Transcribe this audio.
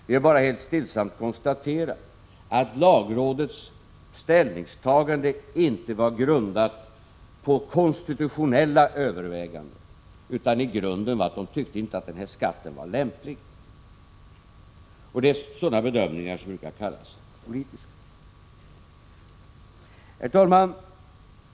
Vi har bara helt stillsamt konstaterat att lagrådets ställningstagande inte var grundat på konstitutionella överväganden, utan i grunden tyckte man inte att skatten var lämplig, och sådana bedömningar brukar kallas politiska. Herr talman!